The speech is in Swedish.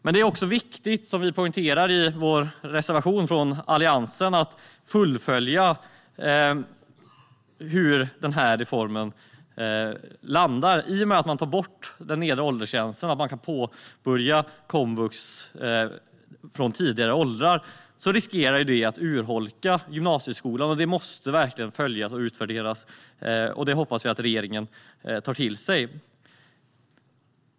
Men det är också viktigt, som vi poängterar i vår reservation från Alliansen, att fullfölja hur den här reformen landar. I och med att man tar bort den nedre åldersgränsen så att det går att påbörja komvux från lägre åldrar riskerar gymnasieskolan att urholkas. Det måste verkligen följas och utvärderas, och vi hoppas att regeringen tar till sig det.